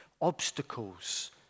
obstacles